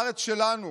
בארץ שלנו.